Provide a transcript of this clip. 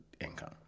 income